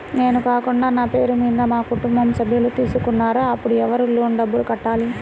నేను కాకుండా నా పేరు మీద మా కుటుంబ సభ్యులు తీసుకున్నారు అప్పుడు ఎవరు లోన్ డబ్బులు కట్టాలి?